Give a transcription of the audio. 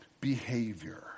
behavior